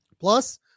Plus